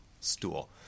Stool